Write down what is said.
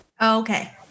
Okay